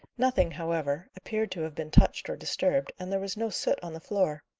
nothing, however, appeared to have been touched or disturbed, and there was no soot on the floor.